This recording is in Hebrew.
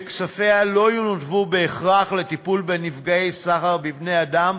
שכספיה לא ינותבו בהכרח לטיפול בנפגעי סחר בבני-אדם,